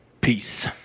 peace